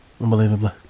unbelievably